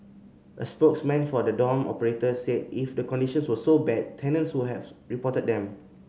a spokesman for the dorm operator said if the conditions were so bad tenants would have reported them